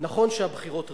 נכון שהבחירות רחוקות,